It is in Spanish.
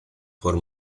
por